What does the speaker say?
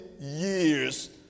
years